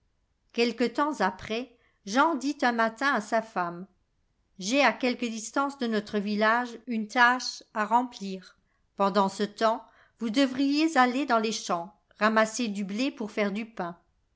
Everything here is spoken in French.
quelque temps après jean dit un matin à sa femme j'ai à quelque distance de notre village une tâche à remplir pendant ce temps vous devriez aller dans les champs ramasser du blé pour faire du pain